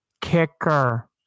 kicker